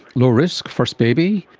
low risk, first baby,